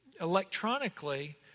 electronically